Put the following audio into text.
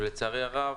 ולצערי הרב,